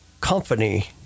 company